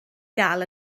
gael